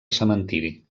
cementiri